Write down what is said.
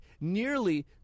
nearly